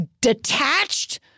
detached